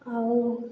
ଆଉ